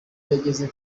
ageze